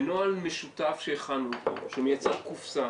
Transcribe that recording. בנוהל משותף שהכנו שמייצר קופסה,